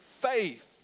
faith